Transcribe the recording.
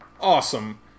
awesome